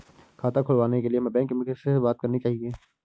खाता खुलवाने के लिए हमें बैंक में किससे बात करनी चाहिए?